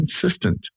consistent